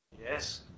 Yes